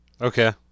Okay